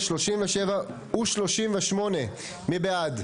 סעיפים 40-41, מי בעד?